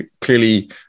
clearly